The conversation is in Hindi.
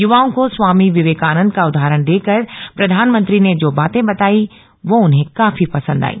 युवाओं को स्वामी विवेकानंद का उदाहरण देकर प्रधानमंत्री ने जो बातें बताइए वो उन्हें काफी पसंद आयी